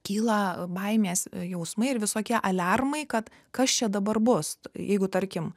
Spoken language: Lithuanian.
kyla baimės jausmai ir visokie aliarmai kad kas čia dabar bus jeigu tarkim